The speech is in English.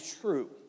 true